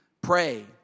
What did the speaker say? pray